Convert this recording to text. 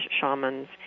shamans